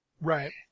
Right